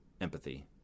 empathy